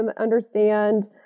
understand